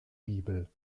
bibel